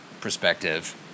perspective